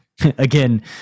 again